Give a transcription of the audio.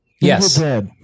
yes